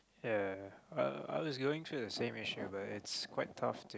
ya I I was going through the same issue but it's quite tough too